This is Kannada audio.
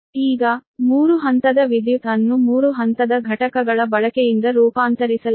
ಈಗ 3 ಹಂತದ ವಿದ್ಯುತ್ ಅನ್ನು 3 ಹಂತದ ಘಟಕಗಳ ಬಳಕೆಯಿಂದ ರೂಪಾಂತರಿಸಲಾಗಿದೆ